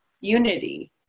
unity